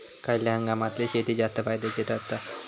खयल्या हंगामातली शेती जास्त फायद्याची ठरता?